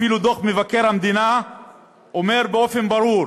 אפילו דוח מבקר המדינה אומר באופן ברור: